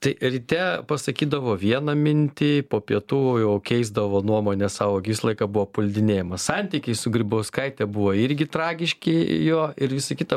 tai ryte pasakydavo vieną mintį po pietų jau keisdavo nuomonę savo gi visą laiką buvo puldinėjamas santykiai su grybauskaite buvo irgi tragiški jo ir visa kita